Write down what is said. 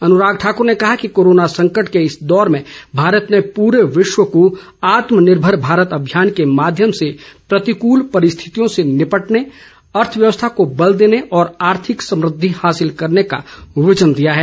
अनूराग ठाकूर ने कहा कि कोरोना संकट के इस दौर में भारत ने पूरे विश्व को आत्मनिर्भर भारत अभियान के माध्यम से प्रतिकूल परिस्थितियों से निपटने अर्थव्यवस्था को बल देने और आर्थिक समृद्धि हासिल करने का विजन दिया है